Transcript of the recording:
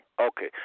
Okay